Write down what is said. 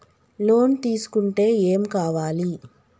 Loan తీసుకుంటే ఏం కావాలి?